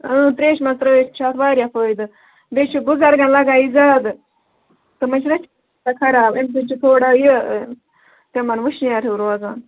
اۭں تریشہِ منٛز تٔرٲیِتھ چھُ اَتھ وارِیاہ فٲیدٕ بیٚیہِ چھُ بُزرگن لگان یہِ زیادٕ تِمن چھِنَہ خراب امہِ سۭتۍ چھِ تھوڑا یہِ تِمن وُشنیر ہیٚو روزان